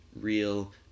real